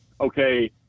okay